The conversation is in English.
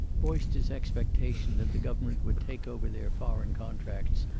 voiced his expectation that the government would take over their foreign contracts,